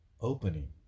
opening